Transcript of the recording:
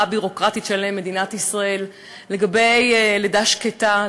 הביורוקרטית של מדינת ישראל לגבי לידה שקטה,